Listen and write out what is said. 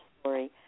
story